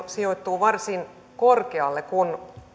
sijoittuu varsin korkealle kun